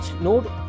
node